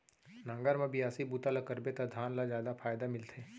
नांगर म बियासी बूता ल करबे त धान ल जादा फायदा मिलथे